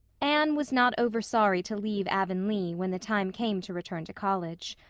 anne was not over-sorry to leave avonlea when the time came to return to college.